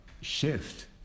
shift